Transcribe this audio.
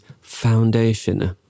foundation